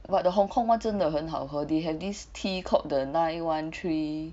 but the Hong kong [one] 真的很好喝 they have this tea called the nine one three